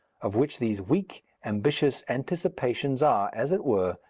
of which these weak, ambitious anticipations are, as it were,